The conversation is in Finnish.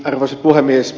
arvoisa puhemies